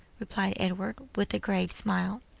replied edward, with a grave smile.